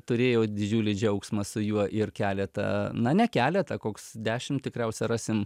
turėjau didžiulį džiaugsmą su juo ir keletą na ne keletą koks dešimt tikriausia rasim